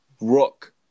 rock